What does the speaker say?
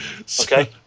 Okay